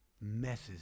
messes